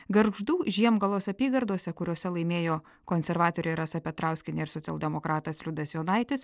gargždų žiemgalos apygardose kuriose laimėjo konservatorė rasa petrauskienė ir socialdemokratas liudas jonaitis